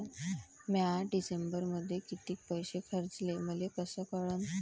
म्या डिसेंबरमध्ये कितीक पैसे खर्चले मले कस कळन?